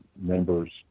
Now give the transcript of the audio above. members